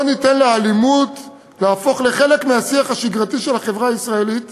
לא ניתן לאלימות להפוך לחלק מהשיח השגרתי של החברה הישראלית